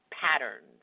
patterns